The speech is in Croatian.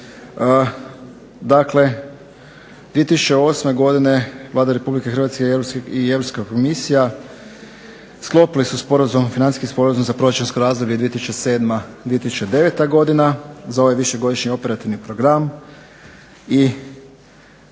Dakle, 2008. godine Vlada Republike Hrvatske i Europska komisija sklopile sporazum, financijski sporazum za proračunsko razdoblje 2007.-2009. godina za ovaj višegodišnji operativni program i